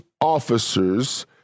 officers